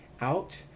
out